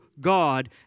God